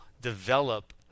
develop